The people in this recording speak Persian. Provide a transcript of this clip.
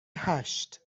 هشت